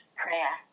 prayer